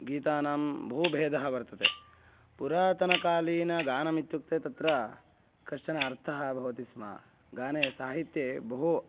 गीतानां बहु भेदः वर्तते पुरातनकालीनगानमित्युक्ते तत्र कश्चन अर्थः भवति स्म गाने साहित्ये बहु